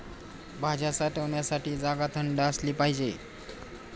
भाज्या साठवण्याची जागा थंड असली पाहिजे